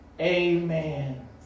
Amen